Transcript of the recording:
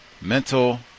mental